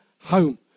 home